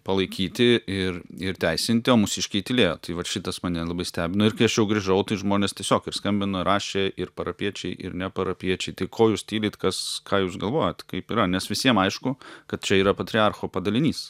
palaikyti ir ir teisinti o mūsiškiai tylėjo tai vat šitas mane labai stebino ir kai aš jau grįžau tai žmonės tiesiog ir skambino rašė ir parapijiečiai ir neparapijiečiai tai ko jūs tylit kas ką jūs galvojat kaip yra nes visiem aišku kad čia yra patriarcho padalinys